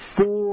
four